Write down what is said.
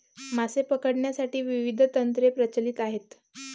मासे पकडण्यासाठी विविध तंत्रे प्रचलित आहेत